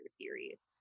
series